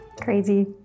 Crazy